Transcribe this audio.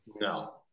No